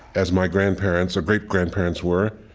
as my grandparents or great-grandparents were,